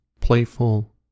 playful